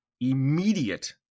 immediate